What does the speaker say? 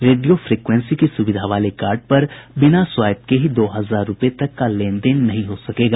radio frequency की सुविधा वाले कार्ड पर बिना स्वाइप के ही दो हजार रूपये तक का लेन देन नहीं हो सकेगा